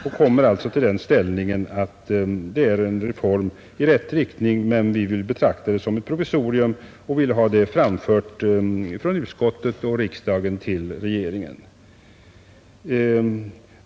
Vi kommer till den ställningen att detta är en reform i rätt riktning, men vi vill betrakta den som ett provisorium och ville ha detta framfört från utskottet och riksdagen till regeringen.